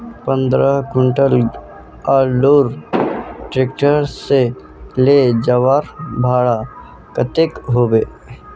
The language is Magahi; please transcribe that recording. पंद्रह कुंटल आलूर ट्रैक्टर से ले जवार भाड़ा कतेक होबे?